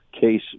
case